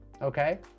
Okay